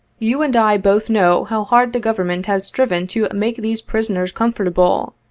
you and i both know how hard the government has striven to make these prisoners comfortable,